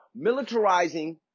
militarizing